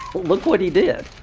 look what he did.